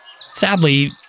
Sadly